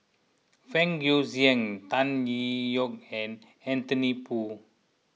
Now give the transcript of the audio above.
Fang Guixiang Tan Tee Yoke and Anthony Poon